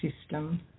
system